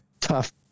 tough